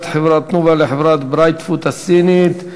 חברת "תנובה" לחברת "ברייטפוד" הסינית.